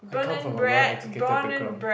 I come from a well educated background